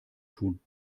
tun